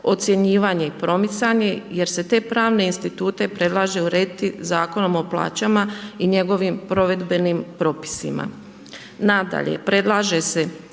ocjenjivanje i promicanje jer se te pravne institute predlaže urediti Zakonom o plaćama i njegovim provedbenim propisima. Nadalje, predlaže se